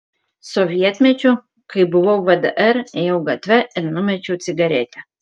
sovietmečiu kai buvau vdr ėjau gatve ir numečiau cigaretę